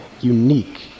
unique